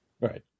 Right